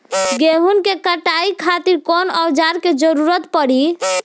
गेहूं के कटाई खातिर कौन औजार के जरूरत परी?